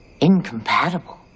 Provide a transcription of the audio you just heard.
Incompatible